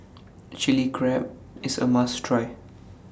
Chilli Crab IS A must Try